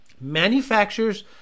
Manufacturers